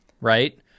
right